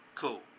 cool